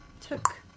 took